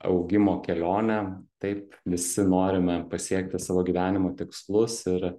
augimo kelione taip visi norime pasiekti savo gyvenimo tikslus ir